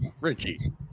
Richie